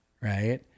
right